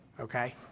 okay